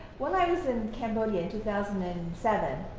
when i was in cambodia in two thousand and seven,